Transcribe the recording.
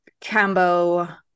Cambo